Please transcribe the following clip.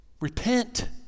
Repent